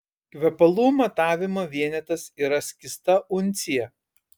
kvepalų matavimo vienetas yra skysta uncija